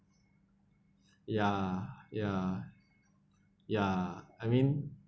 ya ya ya I mean